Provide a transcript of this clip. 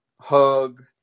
hug